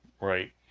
right